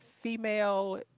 female